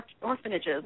orphanages